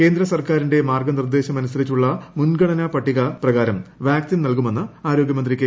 കേന്ദ്രസർക്കാരിന്റെ മാർഗനിർദ്ദേശമനുസരിച്ചുള്ള മുൻഗണനാ പട്ടിക പ്രകാരം വാക്സിൻ നല്കുമെന്ന് ആരോഗൃമന്ത്രി കെ